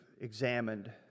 examined